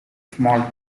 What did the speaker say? small